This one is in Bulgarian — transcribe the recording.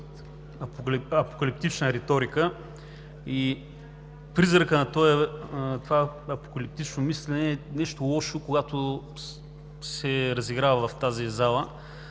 апокалиптична риторика и призракът на това апокалиптично мислене е нещо лошо, когато се разиграва в тази зала.